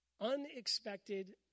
Unexpected